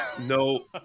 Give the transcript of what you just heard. No